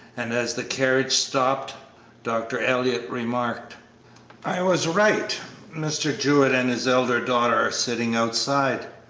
and as the carriage stopped dr. elliott remarked i was right mr. jewett and his elder daughter are sitting outside,